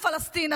והיא פלסטין.